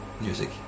music